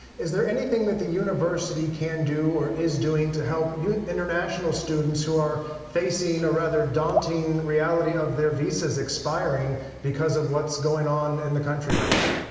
is there anything that the university can do or is doing to help international international students who are facing a rather daunting reality of their visas expiring because of what's going on in the country right now?